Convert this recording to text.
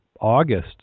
August